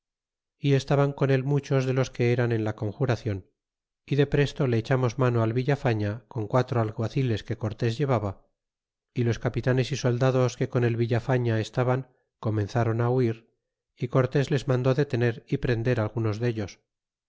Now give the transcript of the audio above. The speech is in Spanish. y estaban con él muchos de los que eran en la conjuracion y depresto le echamos mano al villafafia con quatro alguaciles que cortés llevaba y los capitanes y soldados que con el villafafia estaban comenzaron huir y cortés les mandó detener y prender algunos dellos